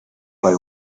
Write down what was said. play